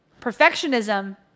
Perfectionism